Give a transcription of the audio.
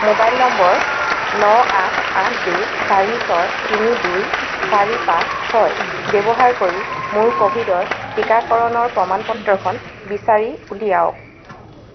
mobile নম্বৰ ন আঠ আঠ দুই চাৰি ছয় তিনি দুই চাৰি পাঁচ ছয় ব্যৱহাৰ কৰি মোৰ ক'ভিডৰ টিকাকৰণৰ প্ৰমাণ পত্ৰখন বিচাৰি উলিয়াওক